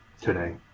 today